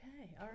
Okay